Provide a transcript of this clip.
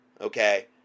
okay